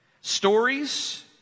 Stories